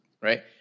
right